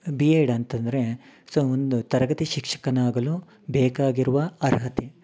B Ed ಅಂತಂದರೆ so ಒಂದು ತರಗತಿ ಶಿಕ್ಷಕನಾಗಲು ಬೇಕಾಗಿರುವ ಅರ್ಹತೆ